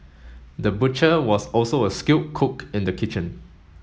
the butcher was also a skilled cook in the kitchen